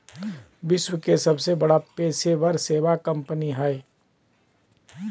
विश्व के सबसे बड़ा पेशेवर सेवा कंपनी हइ